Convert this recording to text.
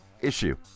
issue